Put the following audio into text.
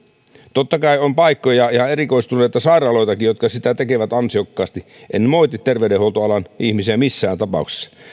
totta kai on paikkoja ja erikoistuneita sairaaloitakin jotka sitä tekevät ansiokkaasti en moiti terveydenhuoltoalan ihmisiä missään tapauksessa